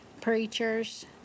preachers